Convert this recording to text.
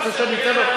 אתה רוצה שאני אתן לו,